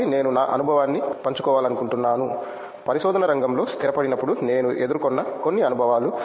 కాబట్టి నేను నా అనుభవాన్ని పంచుకోవాలనుకుంటున్నాను పరిశోధన రంగంలో స్థిరపడినప్పుడు నేను ఎదుర్కొన్న కొన్ని అనుభవాలు